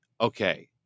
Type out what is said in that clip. okay